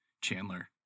Chandler